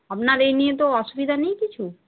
আপনার এই নিয়ে তো অসুবিধা নেই কিছু